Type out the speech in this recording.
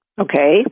Okay